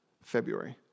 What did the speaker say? February